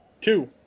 two